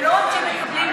ולא רק שהם מקבלים,